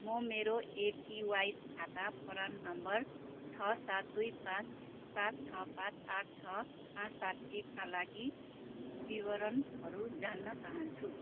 म मेरो एपिवाई खाता प्रान नम्बर छ सात दुई पाँच सात छ पाँच आठ छ पाँच सात एकका लागि विवरणहरू जान्न चाहन्छु